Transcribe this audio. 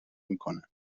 میکنن